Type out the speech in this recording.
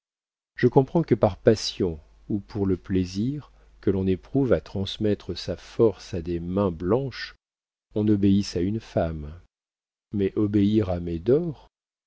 je comprends que par passion ou pour le plaisir que l'on éprouve à transmettre sa force à des mains blanches on obéisse à une femme mais obéir à